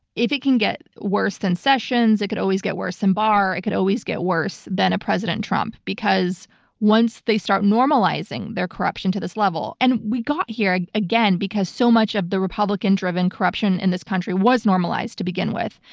if it can get worse than sessions it can always get worse than barr, it could always get worse than a president trump because once they start normalizing their corruption to this level, and we got here ah again because so much of the republican-driven corruption in this country was normalized to begin with.